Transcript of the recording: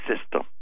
system